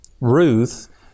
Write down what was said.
Ruth